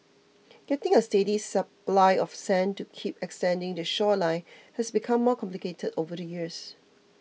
getting a steady supply of sand to keep extending the shoreline has become more complicated over the years